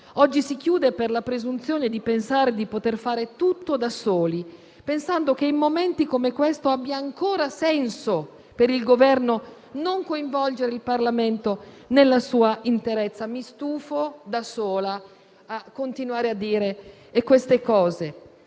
Oggi si chiude per la presunzione di pensare di poter fare tutto da soli, pensando che in momenti come questo abbia ancora senso per il Governo non coinvolgere il Parlamento nella sua interezza. Mi stufo da sola a ripetere queste cose.